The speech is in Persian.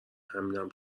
همینم